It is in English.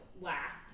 last